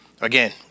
again